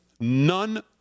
None